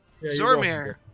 Zormir